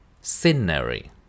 Scenery